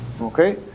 okay